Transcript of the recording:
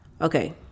Okay